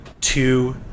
two